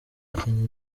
kenya